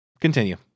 Continue